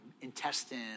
intestine